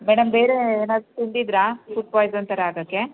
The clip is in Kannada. ಮೇಡಮ್ ಬೇರೆ ಏನಾದರೂ ತಿಂದಿದ್ರಾ ಫುಡ್ ಪಾಯ್ಸನ್ ಥರ ಆಗೋಕ್ಕೆ